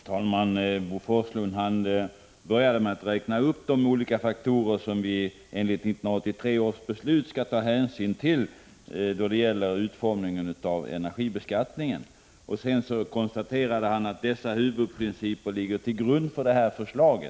Herr talman! Bo Forslund började med att räkna upp de olika faktorer som vi enligt 1983 års beslut skall ta hänsyn till då det gäller utformningen av energibeskattningen. Sedan konstaterade han att dessa huvudprinciper ligger till grund för det nu föreliggande förslaget.